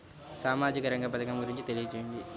సామాజిక రంగ పథకం గురించి తెలియచేయండి?